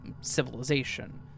civilization